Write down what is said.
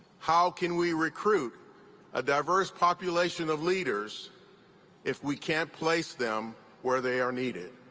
how can we recruit a diverse population of leaders if we can't place them where they are needed?